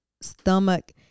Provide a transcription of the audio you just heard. stomach